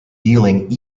dealing